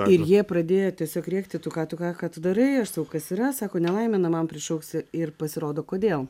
ir jie pradėjo tiesiog rėkti tu ką tu ką tu darai aš sakau kas yra sako nelaimę namam prišauksi ir pasirodo kodėl